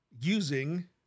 using